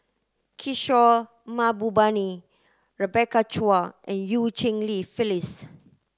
Kishore Mahbubani Rebecca Chua and Eu Cheng Li Phyllis